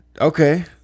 okay